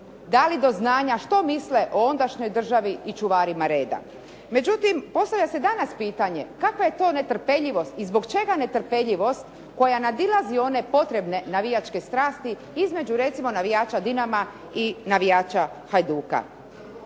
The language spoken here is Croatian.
dali do znanja što misle o ondašnjoj državi i čuvarima reda. Međutim, postavlja se danas pitanje kakva je to netrpeljivost i zbog čega netrpeljivost koja nadilazi one potrebne navijačke strasti između recimo navijača Dinama i navijača Hajduka.